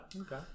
Okay